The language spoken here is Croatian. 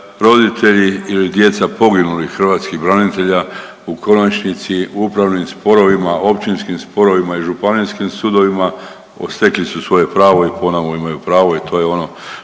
roditelji ili djeca poginulih hrvatskih branitelja, u konačnici, u upravnim sporovima, općinskim sporovima i županijskim sudovima stekli su svoje pravo i ponovo imaju pravo i to je ono